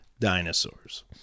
Dinosaurs